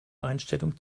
einstellung